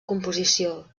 composició